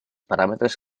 paràmetres